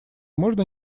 можно